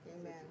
Amen